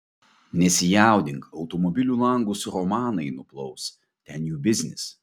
nesijaudink automobilių langus romanai nuplaus ten jų biznis